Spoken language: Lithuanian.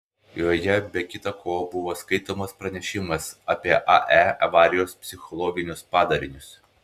joje be kita ko buvo skaitomas pranešimas apie ae avarijos psichologinius padarinius